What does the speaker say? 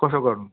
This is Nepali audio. कसो गर्नु